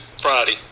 Friday